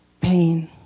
pain